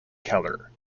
keller